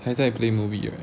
还在 play movie right